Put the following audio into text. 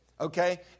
Okay